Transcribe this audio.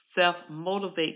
self-motivate